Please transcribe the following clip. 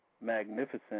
Magnificent